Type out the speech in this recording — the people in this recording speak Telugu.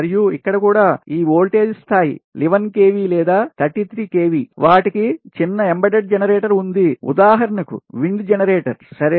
మరియు ఇక్కడ కూడా ఈ వోల్టేజ్ స్థాయి 11 kV లేదా 33 kV వాటికి చిన్న embeded generator ఉంది ఉదాహరణకు wind generatorsసరే